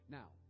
now